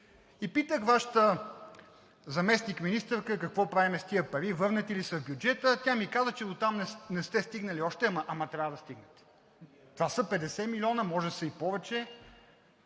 И питах Вашата заместник-министърка: какво правим с тези пари, върнати ли са в бюджета? Тя ми каза, че дотам не сте стигнали още, ама трябва да стигнете. Това са 50 милиона, а може да са повече.